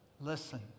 Listen